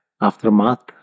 aftermath